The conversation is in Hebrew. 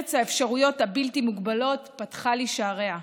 ארץ האפשרויות הבלתי-מוגבלות פתחה לי שעריה.